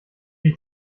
die